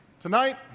Tonight